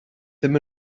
ddim